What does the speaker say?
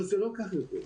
אבל זה לא כך יותר.